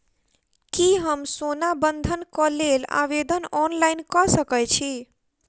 की हम सोना बंधन कऽ लेल आवेदन ऑनलाइन कऽ सकै छी?